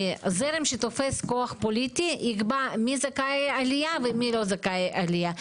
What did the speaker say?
זרם שתופס כוח פוליטי יקבע מי זכאי עלייה ומי לא זכאי עלייה.